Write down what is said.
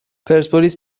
پرسپولیس